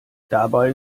dabei